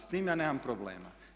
S tim ja nemam problema.